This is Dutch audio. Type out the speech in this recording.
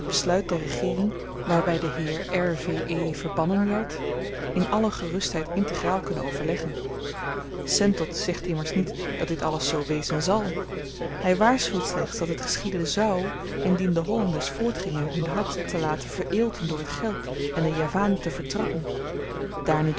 besluit der regeering waarby de heer r v e verbannen werd in alle gerustheid integraal kunnen overleggen sentot zegt immers niet dat dit alles zoo wezen zàl hy waarschuwt slechts dat het geschieden zou indien de hollanders voortgingen hun hart te laten vereelten door t geld en den javaan te vertrappen daar nu